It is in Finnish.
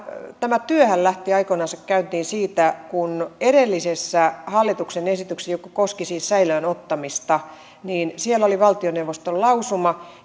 tämä työhän lähti aikoinansa käyntiin siitä kun edellisessä hallituksen esityksessä joka koski siis säilöön ottamista oli valtioneuvoston lausuma